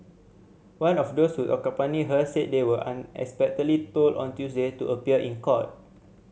one of those who accompanied her said they were unexpectedly told on Tuesday to appear in court